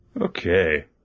Okay